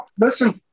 Listen